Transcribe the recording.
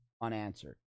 unanswered